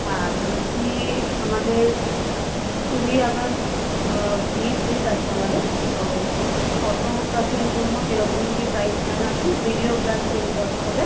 হ্যাঁ বলছি আমাদের কুড়ি আগস্ট বিয়ের ডেট আছে আমাদের তো ফটোগ্রাফির জন্য কেরকম কী প্রাইস নেন আপনি ভিডিও প্লাস স্টিল ফটো হবে